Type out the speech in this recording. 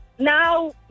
Now